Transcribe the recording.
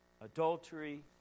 Adultery